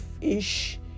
ish